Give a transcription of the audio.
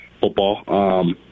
football